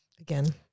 Again